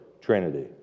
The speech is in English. Trinity